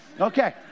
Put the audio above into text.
Okay